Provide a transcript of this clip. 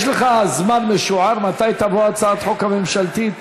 יש לך זמן משוער מתי תבוא הצעת החוק הממשלתית?